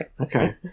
Okay